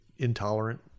intolerant